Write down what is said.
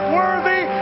worthy